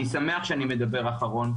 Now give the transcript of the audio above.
אני שמח שאני מדבר אחרון,